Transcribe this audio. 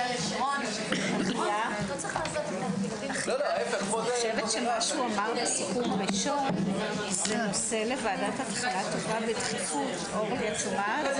13:55.